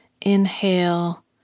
Inhale